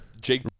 Jake